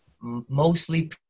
mostly